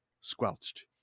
squelched